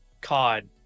COD